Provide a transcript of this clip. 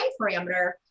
parameter